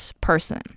person